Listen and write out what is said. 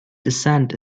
descent